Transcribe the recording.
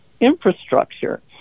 infrastructure